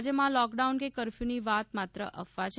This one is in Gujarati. રાજ્યમાં લોકડાઉન કે કર્ફથુની વાત માત્ર અફવા છે